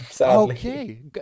Okay